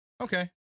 okay